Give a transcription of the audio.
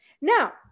Now